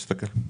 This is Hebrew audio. תסתכל.